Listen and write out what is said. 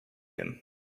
him